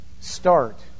start